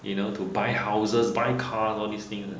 you know to buy houses buy car all these thing ah